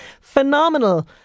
phenomenal